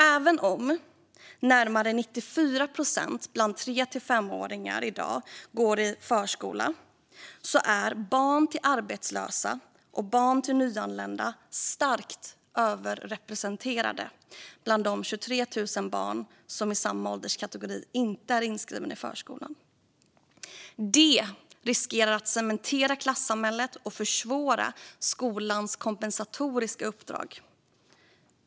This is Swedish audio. Även om närmare 94 procent av dagens 3-5-åringar går i förskola är barn till arbetslösa och nyanlända starkt överrepresenterade bland de 23 000 barn i samma ålderskategori som inte är inskrivna i förskolan. Det riskerar att cementera klassamhället och försvåra skolans kompensatoriska uppdrag.